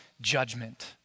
judgment